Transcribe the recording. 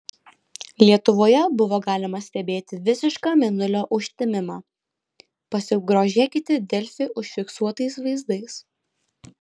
lietuvoje buvo galima stebėti visišką mėnulio užtemimą pasigrožėkite delfi užfiksuotais vaizdais